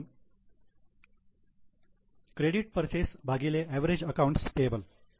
म्हणून credit purchase भागिले average accounts payable